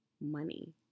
money